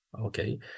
okay